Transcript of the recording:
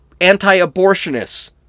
anti-abortionists